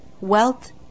Wealth